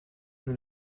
nous